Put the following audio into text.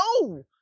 No